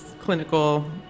clinical